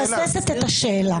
אני מבססת את השאלה.